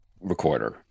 recorder